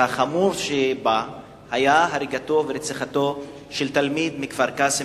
שהחמור שבה היה הריגתו ורציחתו של תלמיד מכפר-קאסם